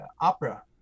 opera